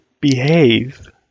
behave